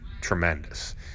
tremendous